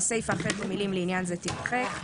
והסיפה החל במילים "לעניין זה" תימחק.